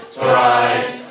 thrice